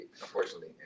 unfortunately